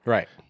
Right